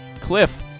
Cliff